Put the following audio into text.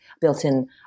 built-in